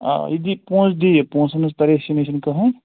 آ یہِ دی پونٛسہٕ دی یہِ پونٛسَن ہٕنٛز پریشٲنی چھَنہٕ کٕہۭنۍ